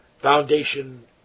foundation